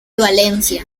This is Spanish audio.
valencia